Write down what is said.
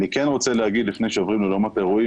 אני כן רוצה להגיד לפני שעוברים לאולמות האירועים